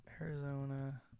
Arizona